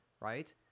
right